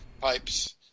pipes